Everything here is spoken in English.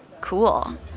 cool